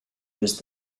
was